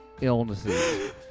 illnesses